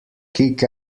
kick